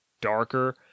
darker